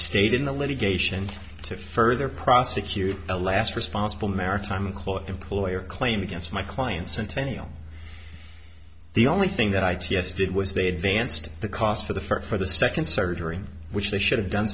stayed in the litigation to further prosecute a last responsible maritime clause employer claim against my client centennial the only thing that i ts did was they advanced the cost for the first for the second surgery which they should have done